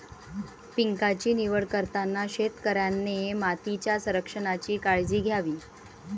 पिकांची निवड करताना शेतकऱ्याने मातीच्या संरक्षणाची काळजी घ्यावी